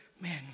Man